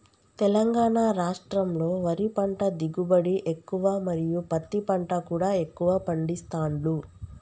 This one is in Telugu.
తెలంగాణ రాష్టంలో వరి పంట దిగుబడి ఎక్కువ మరియు పత్తి పంట కూడా ఎక్కువ పండిస్తాండ్లు